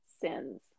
sins